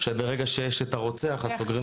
שברגע שיש את הרוצח אז סוגרים את התיק הזה.